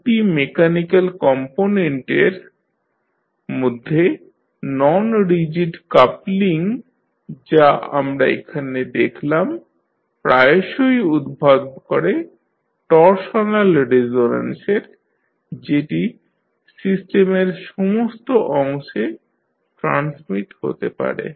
দু'টি মেকানিক্যাল কম্পোনেন্টের মধ্যে নন রিজিড কাপলিং যা আমরা এখানে দেখলাম প্রায়শই উদ্ভব করে টরশনাল রেসোন্যান্সের যেটি সিস্টেমের সমস্ত অংশে ট্রান্সমিট হতে পারে